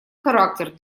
характер